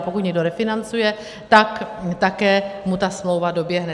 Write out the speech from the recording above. Pokud někdo refinancuje, tak také mu ta smlouva doběhne.